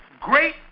great